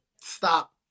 stop